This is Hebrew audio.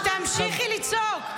תמשיכי לצעוק.